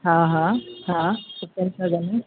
हा हा हा